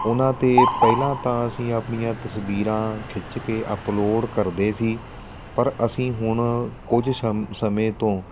ਉਹਨਾਂ 'ਤੇ ਪਹਿਲਾਂ ਤਾਂ ਅਸੀਂ ਆਪਣੀਆਂ ਤਸਵੀਰਾਂ ਖਿੱਚ ਕੇ ਅਪਲੋਡ ਕਰਦੇ ਸੀ ਪਰ ਅਸੀਂ ਹੁਣ ਕੁਝ ਸਮ ਸਮੇਂ ਤੋਂ